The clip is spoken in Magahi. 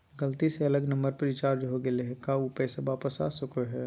गलती से अलग नंबर पर रिचार्ज हो गेलै है का ऊ पैसा वापस आ सको है?